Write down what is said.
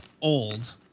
old